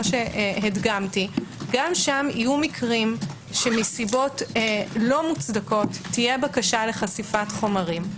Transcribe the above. שהדגמתי גם שם יהיו מקרים שמסיבות לא מוצדקות תהיה בקשה לחשיפת חומרים.